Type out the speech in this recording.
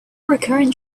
recurrent